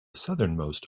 southernmost